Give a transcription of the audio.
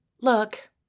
Look